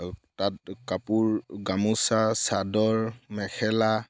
তাত কাপোৰ গামোছা চাদৰ মেখেলা